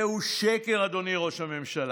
זהו שקר, אדוני ראש הממשלה.